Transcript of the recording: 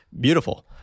beautiful